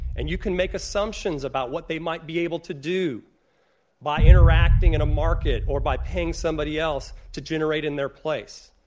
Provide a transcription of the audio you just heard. and you can make assumptions about what they might be able to do by interacting in a market or by paying somebody else to generate in their place.